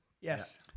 Yes